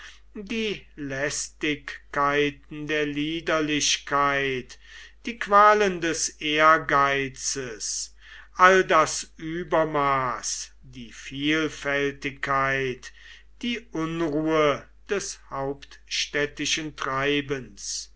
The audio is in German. die lästigkeiten der liederlichkeit die qualen des ehrgeizes all das übermaß die vielfältigkeit die unruhe des hauptstädtischen treibens